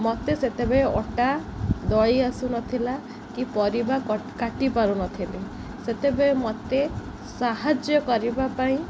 ମୋତେ ସେତେବେଳେ ଅଟା ଦଳି ଆସୁନଥିଲା କି ପରିବା କାଟି ପାରୁନଥେଲେ ସେତେବେଳେ ମୋତେ ସାହାଯ୍ୟ କରିବା ପାଇଁ